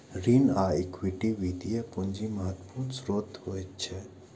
ऋण आ इक्विटी वित्तीय पूंजीक महत्वपूर्ण स्रोत होइत छैक